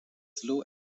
slow